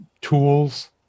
tools